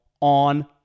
on